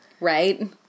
Right